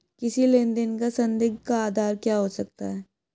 किसी लेन देन का संदिग्ध का आधार क्या हो सकता है?